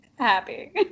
happy